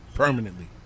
permanently